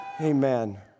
Amen